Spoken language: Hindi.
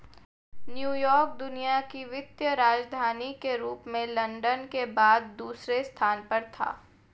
न्यूयॉर्क दुनिया की वित्तीय राजधानी के रूप में लंदन के बाद दूसरे स्थान पर था